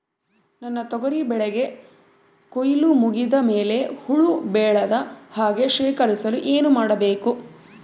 ನನ್ನ ತೊಗರಿ ಬೆಳೆಗೆ ಕೊಯ್ಲು ಮುಗಿದ ಮೇಲೆ ಹುಳು ಬೇಳದ ಹಾಗೆ ಶೇಖರಿಸಲು ಏನು ಮಾಡಬೇಕು?